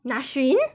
nasreen